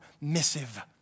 missive